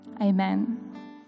amen